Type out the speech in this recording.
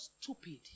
stupid